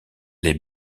les